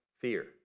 fear